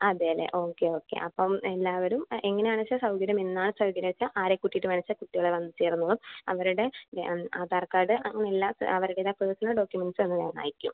അതെയല്ലേ okay okay അപ്പം എല്ലാവരും എങ്ങനെയാണെന്ന് വച്ചാൽ സൗകര്യം എന്നാണ് സൗകര്യം വച്ചാൽ ആരെ കൂട്ടിയിട്ട് വേണം വച്ചാൽ കുട്ടികളെ വന്ന് ചേർന്നോളൂ അവരുടെ ആധാർ കാർഡ് അങ്ങനെ എല്ലാ അവരുടെതായ പേഴ്സണൽ ഡോക്യൂമെൻ്റ്സ് ഒന്ന് വേഗം അയക്കുമോ